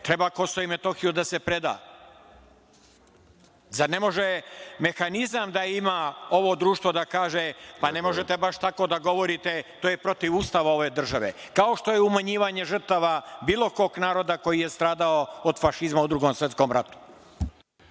treba Kosovo i Metohija da se preda. Zar ne može ovo društvo da ima mehanizam i da kaže - ne možete baš tako da govorite, to je protiv Ustava ove države. Kao što je umanjivanje žrtava bilo kog naroda koji je stradao od fašizma u Drugom svetskom ratu.